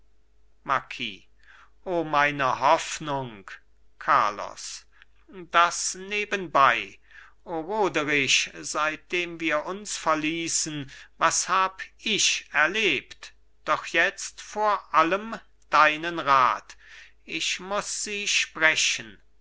marquis o meine hoffnung carlos das nebenbei o roderich seitdem wir uns verließen was hab ich erlebt doch jetzt vor allem deinen rat ich muß sie sprechen